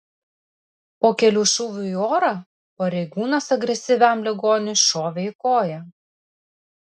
po kelių šūvių į orą pareigūnas agresyviam ligoniui šovė į koją